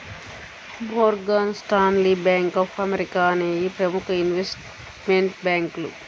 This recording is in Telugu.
Morgan Stanley, bank of America అనేయ్యి ప్రముఖ ఇన్వెస్ట్మెంట్ బ్యేంకులు